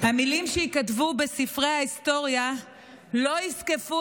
המילים שייכתבו בספרי ההיסטוריה לא יזקפו